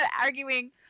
arguing